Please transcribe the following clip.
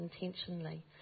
intentionally